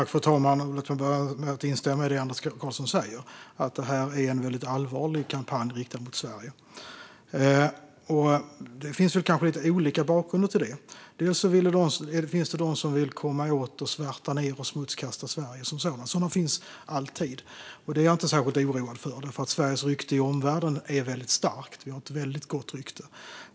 Fru talman! Jag börjar med att instämma i det Andreas Carlson säger. Det här är en allvarlig kampanj riktad mot Sverige. Det finns lite olika bakgrunder till detta. Bland annat finns de som vill svärta ned och smutskasta Sverige som sådant. De finns alltid, och jag är inte särskilt oroad för detta. Sveriges rykte i omvärlden är starkt; vi har ett gott rykte.